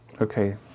Okay